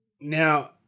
now